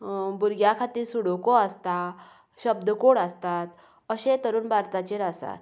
भुरग्या खातीर सुडोको आसता शब्दकोड आसता अशें तरूण भारताचेर आसा